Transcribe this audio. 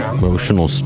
emotional